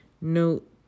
Note